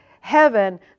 heaven